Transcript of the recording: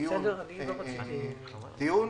דיון טיעון,